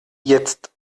jetzt